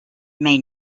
may